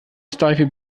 steife